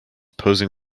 posing